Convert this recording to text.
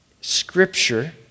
Scripture